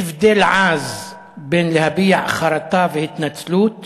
יש הבדל עז בין להביע חרטה והתנצלות